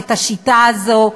השיטה הזו,